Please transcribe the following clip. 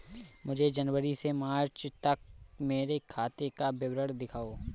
मुझे जनवरी से मार्च तक मेरे खाते का विवरण दिखाओ?